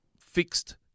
fixed